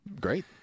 Great